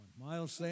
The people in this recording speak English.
Miles